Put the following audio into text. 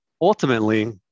Ultimately